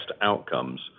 outcomes